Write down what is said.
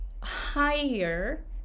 higher